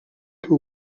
que